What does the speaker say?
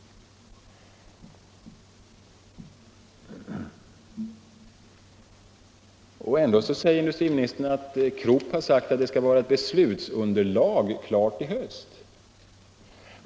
Och ändå säger industriministern att Krupp har sagt att ett beslutsunderlag skall vara klart i höst.